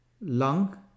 lung